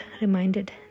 reminded